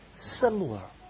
similar